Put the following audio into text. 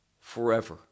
forever